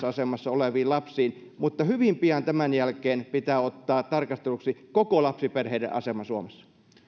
asemassa oleviin lapsiin mutta hyvin pian tämän jälkeen pitää ottaa tarkasteluun koko lapsiperheiden asema suomessa